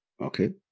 okay